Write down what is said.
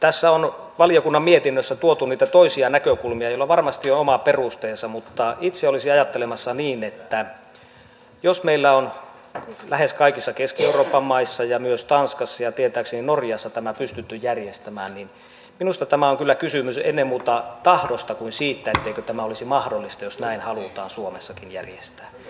tässä on valiokunnan mietinnössä tuotu niitä toisia näkökulmia joilla varmasti on omat perusteensa mutta itse olisin ajattelemassa niin että jos meillä on lähes kaikissa keski euroopan maissa ja myös tanskassa ja tietääkseni norjassa tämä pystytty järjestämään niin minusta tässä on kyllä kysymys ennemminkin tahdosta kuin siitä etteikö tämä olisi mahdollista jos näin halutaan suomessakin järjestää